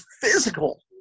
physical